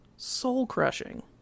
Soul-crushing